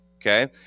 Okay